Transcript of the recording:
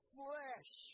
flesh